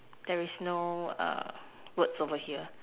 there is no uh words over here